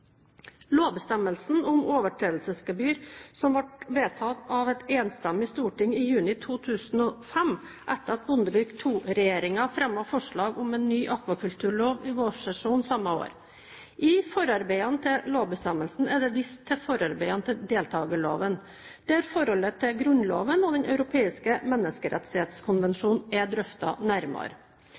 Lovbestemmelsen om overtredelsesgebyr ble vedtatt av et enstemmig storting i juni 2005, etter at Bondevik II-regjeringen fremmet forslag om en ny akvakulturlov i vårsesjonen samme år. I forarbeidene til lovbestemmelsen er det vist til forarbeidene til deltakerloven, der forholdet til Grunnloven og Den europeiske menneskerettighetskonvensjon er drøftet nærmere.